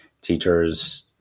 teachers